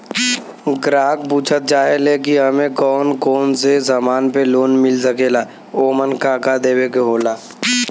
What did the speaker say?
ग्राहक पुछत चाहे ले की हमे कौन कोन से समान पे लोन मील सकेला ओमन का का देवे के होला?